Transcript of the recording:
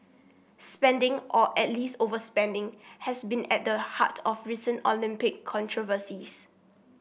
spending or at least overspending has been at the heart of recent Olympic controversies